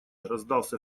раздался